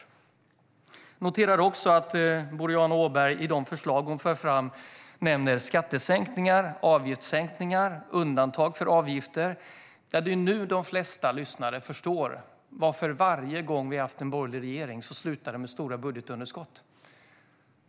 Jag noterar också att Boriana Åberg i de förslag hon för fram nämner skattesänkningar, avgiftssänkningar och undantag för avgifter. Det är nu de flesta lyssnare förstår varför det har slutat med stora budgetunderskott varje gång vi har haft en borgerlig regering.